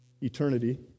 eternity